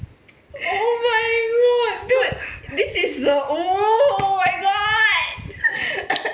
oh my god dude this is a oh my god